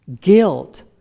Guilt